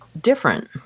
different